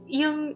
yung